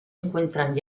encuentran